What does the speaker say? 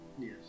Yes